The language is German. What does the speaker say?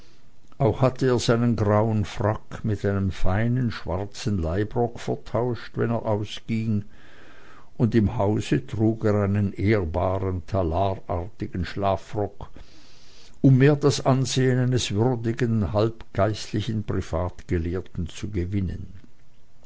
auch hatte er seinen grauen frack mit einem feinen schwarzen leitrock vertauscht wenn er ausging und im hause trug er einen ehrbaren talarartigen schlafrock um mehr das ansehen eines würdigen halbgeistlichen privatgelehrten zu gewinnen